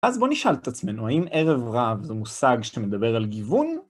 אז בוא נשאל את עצמנו, האם ערב רב זה מושג שאתה מדבר על גיוון?